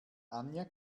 anja